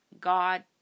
God